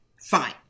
Fine